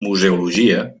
museologia